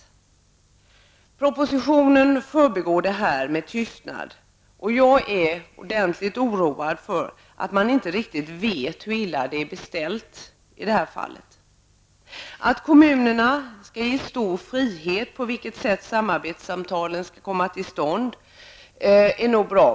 I propositionen förbigås det här med tystnad, och jag är mycket orolig för att man inte riktigt vet hur illa det är beställt. Att kommunerna skall ges stor frihet när det gäller på vilket sätt samarbetssamtalen skall komma till stånd är nog bra.